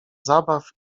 zabaw